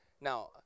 Now